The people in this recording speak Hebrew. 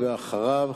ואחריו,